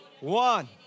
one